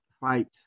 fight